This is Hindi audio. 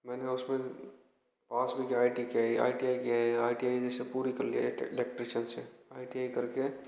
मैंने उसमें पास में आई टी आई के है आई टी आई के है आई टी आई जैसे पूरी कर लिए इलेक्ट्रिशन से आई टी आई करके